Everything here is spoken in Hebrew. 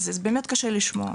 זה באמת קשה לשמוע.